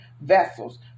vessels